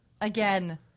Again